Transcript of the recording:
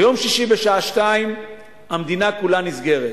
ביום שישי בשעה 14:00 המדינה כולה נסגרת,